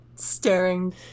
staring